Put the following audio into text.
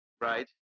right